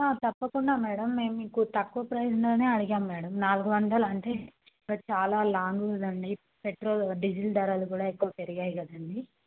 తప్పకుండా మ్యాడమ్ మేము మీకు తక్కువ ప్రైస్లో అడిగాం మ్యాడమ్ నాలుగు వందలు అంటే చాలా లాంగ్ ఉంది కదండి పెట్రోలు డీజిల్ ధరలు కూడా ఎక్కువ పెరిగాయి కదండి